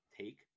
take